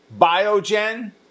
Biogen